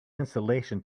insulation